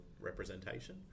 representation